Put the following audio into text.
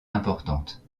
importante